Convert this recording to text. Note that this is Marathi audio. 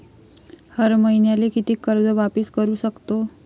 हर मईन्याले कितीक कर्ज वापिस करू सकतो?